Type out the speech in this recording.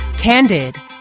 Candid